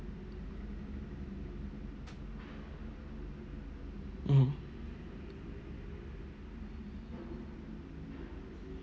mmhmm